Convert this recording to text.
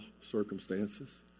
circumstances